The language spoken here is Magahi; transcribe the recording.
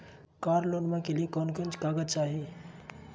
कार लोनमा के लिय कौन कौन कागज चाही?